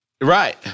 Right